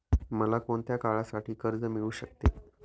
मला कोणत्या काळासाठी कर्ज मिळू शकते?